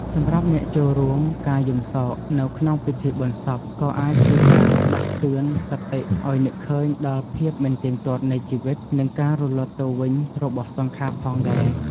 សម្រាប់អ្នកចូលរួម ការយំសោកនៅក្នុងពិធីបុណ្យសពក៏អាចជាការដាស់តឿនសតិឱ្យនឹកឃើញដល់ភាពមិនទៀងទាត់នៃជីវិត និងការរលត់ទៅវិញរបស់សង្ខារផងដែរ។